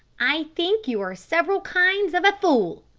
i think you are several kinds of a fool.